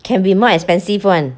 can be more expensive [one]